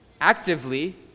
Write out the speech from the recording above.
actively